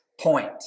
point